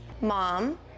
Mom